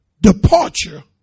departure